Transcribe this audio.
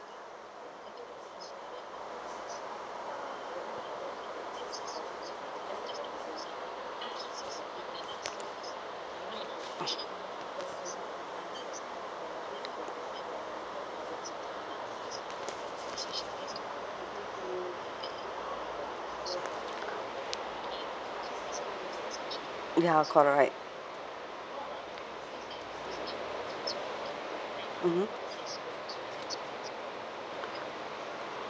ya correct mmhmm